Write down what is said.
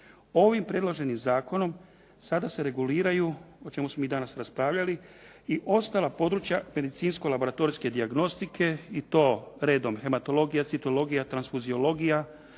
Ovim predloženim zakonom sada se reguliraju o čemu smo mi danas raspravljali i ostala područja medicinsko laboratorijske dijagnostike i to redom hematologija, citologija, transfuziologija,